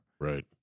Right